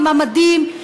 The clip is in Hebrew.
עם המדים,